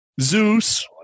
Zeus